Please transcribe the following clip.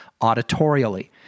auditorially